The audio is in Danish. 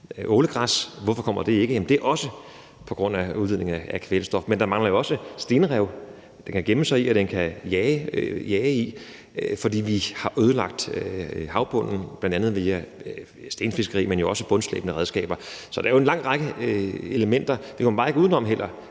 ålegræs. Hvorfor kommer det ikke? Ja, det er også på grund af udledningen af kvælstof. Men der mangler jo også stenrev, som den kan gemme sig i, og som den kan jage i, fordi vi har ødelagt havbunden, bl.a. via stenfiskeri, men jo også bundslæbende redskaber. Så der er jo en lang række elementer. Vi kommer bare heller